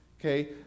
Okay